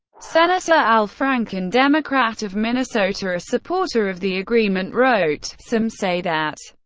senator al franken, democrat of minnesota, a supporter of the agreement wrote some say that,